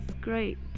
great